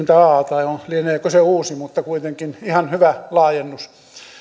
vai lieneekö se uusi mutta kuitenkin ihan hyvä laajennus